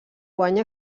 guany